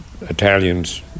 Italians